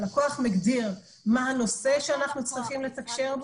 הלקוח מגדיר מה הנושא שאנחנו צריכים לתקשר אותו,